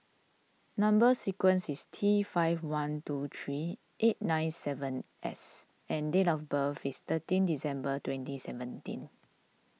Number Sequence is T five one two three eight nine seven S and date of birth is thirteen December twenty seventeen